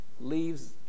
leaves